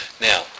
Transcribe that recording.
Now